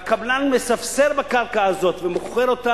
והקבלן מספסר בקרקע הזאת ומוכר אותה